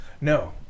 No